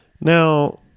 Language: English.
Now